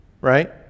right